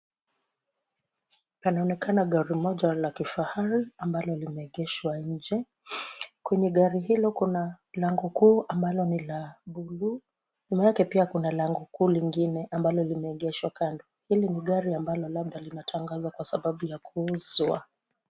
Panaonekana gari moja la kifahari ambalo limeegeshwa nje. Kwenye gari hilo kuna lango kuu ambalo ni la bluu. Nyuma yake pia kuna lango kuu lingine ambalo limeegeshwa kando. Hili ni gari ambalo labda linatangazwa kwa sababu ya kuuzwa.